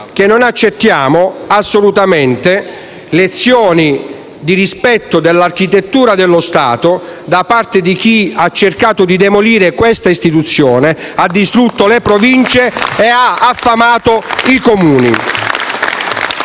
non accettiamo assolutamente lezioni di rispetto dell'architettura dello Stato da parte di chi ha cercato di demolire questa istituzione, ha distrutto le Province e affamato i Comuni.